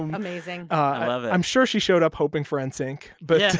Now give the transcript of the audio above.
and amazing i love it i'm sure she showed up hoping for nsync, but.